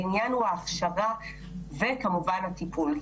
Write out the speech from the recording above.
העניין הוא ההכשרה וכמובן הטיפול.